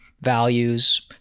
values